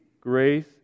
grace